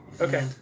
Okay